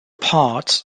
parts